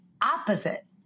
opposite